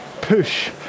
push